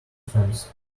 fence